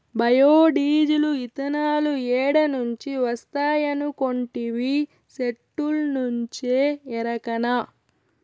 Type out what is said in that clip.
bio diesel, ఇతనాలు ఏడ నుంచి వస్తాయనుకొంటివి, సెట్టుల్నుంచే ఎరకనా